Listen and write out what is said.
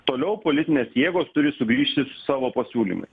toliau politinės jėgos turi sugrįžti su savo pasiūlymais